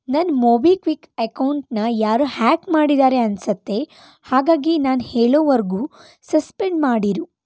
ನನ್ನ ಮೊಬಿಕ್ವಿಕ್ ಎಕೌಂಟನ್ನು ಯಾರೋ ಹ್ಯಾಕ್ ಮಾಡಿದ್ದಾರೆ ಅನಿಸುತ್ತೆ ಹಾಗಾಗಿ ನಾನು ಹೇಳೋವರೆಗೂ ಸಸ್ಪೆಂಡ್ ಮಾಡಿರು